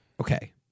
Okay